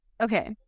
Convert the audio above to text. Okay